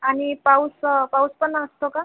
आणि पाऊस पाऊस पण असतो का